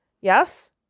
Yes